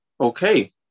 Okay